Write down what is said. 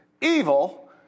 evil